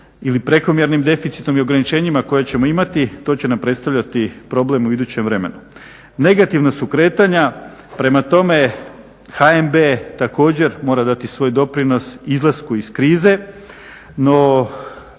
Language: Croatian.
prekomjernim deficitom i ograničenjima koje ćemo imati. To će nam predstavljati problem u idućem vremenu. Negativna su kretanja. Prema tome HNB također mora dati svoj doprinos izlasku iz krize no